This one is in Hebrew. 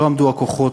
לא עמדו הכוחות,